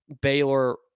Baylor